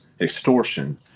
extortion